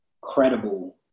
credible